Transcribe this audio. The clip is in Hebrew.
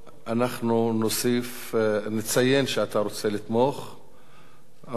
אנא תוסיף אותנו לתומכים.